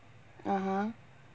(uh huh)